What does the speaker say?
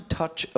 touch